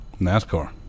NASCAR